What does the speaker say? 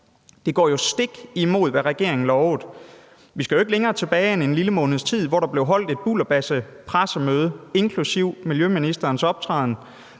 Det går jo stik imod, hvad regeringen lovede. Vi skal jo ikke længere tilbage end en lille måneds tid. Da blev holdt et bulderbassepressemøde, inklusive optræden